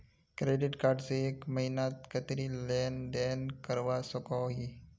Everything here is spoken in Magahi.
क्रेडिट कार्ड से एक महीनात कतेरी लेन देन करवा सकोहो ही?